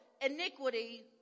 iniquity